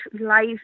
life